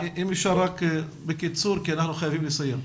אם אפשר רק בקיצור כי אנחנו חייבים לסיים.